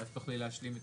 הייתי בוועדת הפנים,